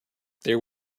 there